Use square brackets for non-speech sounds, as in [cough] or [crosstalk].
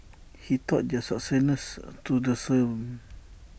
[noise] he taught their successors to the same